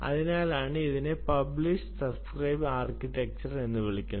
അതിനാലാണ് ഇതിനെ publish subscribe architecture എന്ന് വിളിക്കുന്നത്